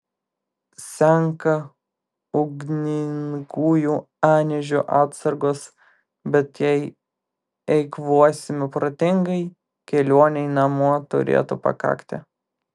senka ugningųjų anyžių atsargos bet jei eikvosime protingai kelionei namo turėtų pakakti